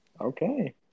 Okay